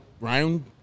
Ryan